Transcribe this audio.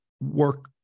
work